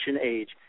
age